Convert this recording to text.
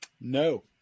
no